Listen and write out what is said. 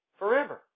forever